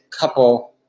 couple